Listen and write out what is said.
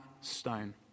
stone